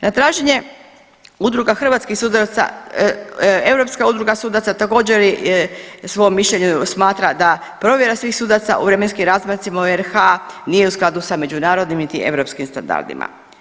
Na traženje Udruga hrvatskih sudaca Europska udruga sudaca također u svom mišljenju smatra da provjera svih sudaca u vremenskim razmacima u RH nije u skladu sa međunarodnim niti europskim standardima.